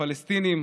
הפלסטינים,